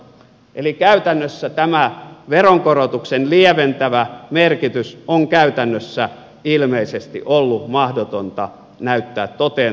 eli käytännössä tämä veronkorotuksen lieventävä merkitys on ilmeisesti ollut mahdotonta näyttää toteen tai selvittää